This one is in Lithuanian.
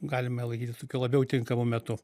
galime laikyti tokiu labiau tinkamu metu